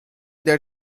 that